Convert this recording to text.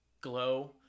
Glow